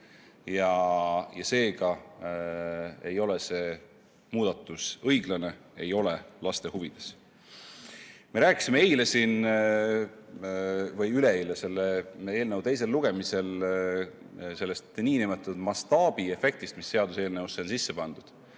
seega ei ole see muudatus õiglane, see ei ole laste huvides. Me rääkisime siin eile või üleeile selle eelnõu teisel lugemisel sellest nn mastaabiefektist, mis seaduseelnõusse on sisse pandud.